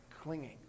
clinging